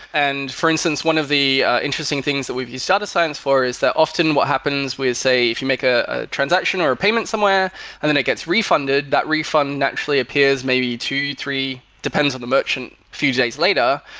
and for instance, one of the interesting things that we've used data science for, is that often what happens with, say, if you make ah a transaction or a payment somewhere and then it gets refunded, that refund actually appears maybe two, three, depends on the merchant a few days later.